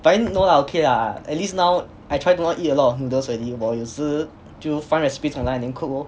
but then no lah okay lah at least now I try to not eat a lot of noodles already 我有时就 find recipes 从 online and then cook lor